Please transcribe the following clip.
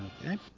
Okay